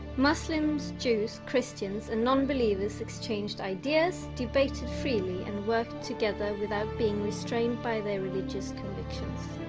muslims jews christians and non-believers exchanged ideas debated freely and worked together without being restrained by their religious convictions